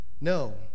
No